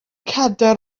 cadair